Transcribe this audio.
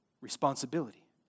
responsibility